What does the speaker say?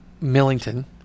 Millington